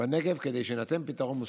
בנגב כדי שיינתן פתרון מוסכם.